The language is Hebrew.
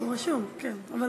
כבוד